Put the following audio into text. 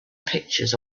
pictures